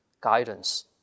guidance